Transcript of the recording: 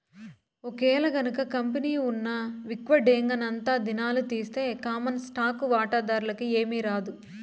ఒకేలగనక కంపెనీ ఉన్న విక్వడేంగనంతా దినాలు తీస్తె కామన్ స్టాకు వాటాదార్లకి ఏమీరాదు